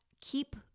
keep